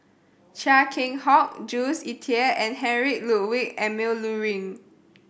Chia Keng Hock Jules Itier and Heinrich Ludwig Emil Luering